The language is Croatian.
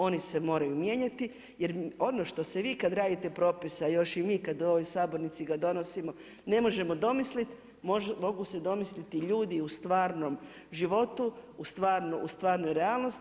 Oni se moraju mijenjati, jer ono što se vi kad radite propise, a još i mi kad u ovoj sabornici ga donosimo ne možemo domislit mogu se domisliti ljudi u stvarnom životu, u stvarnoj realnosti.